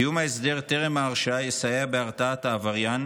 קיום ההסדר טרם ההרשעה יסייע בהרתעת העבריין